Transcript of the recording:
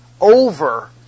over